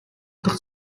дахь